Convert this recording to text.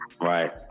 Right